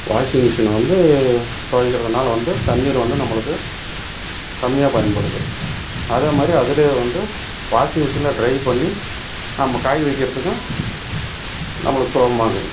washing machine வந்து துவைக்கிறதுனால வந்து தண்ணீர் வந்து நம்மளுக்கு கம்மியாக பயன்படுது அதேமாதிரி அதுலே வந்து வாஷிங் மிஷினில் ட்ரை பண்ணி நம்ப காய வக்கிறதுக்கும் நம்பளுக்கு சுலபமாக இருக்குது